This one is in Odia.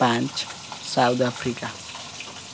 ପାଞ୍ଚ ସାଉଥ ଆଫ୍ରିକା